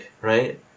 right